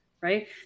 right